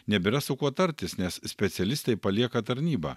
nebėra su kuo tartis nes specialistai palieka tarnybą